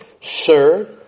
Sir